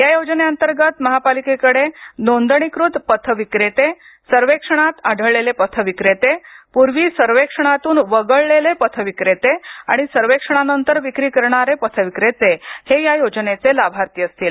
या योजनेअंतर्गत महापालिकेकडे नोंदणीकृत पथ विक्रेता सर्वेक्षणात आढळलेले पथ विक्रेते पूर्वी सर्वेक्षणातून वगळलेले पथ विक्रेते आणि सर्वेक्षणानंतर विक्री करणारे हे या योजनेचे लाभार्थी असतील